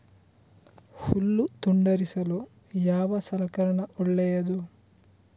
ಹುಲ್ಲು ತುಂಡರಿಸಲು ಯಾವ ಸಲಕರಣ ಒಳ್ಳೆಯದು?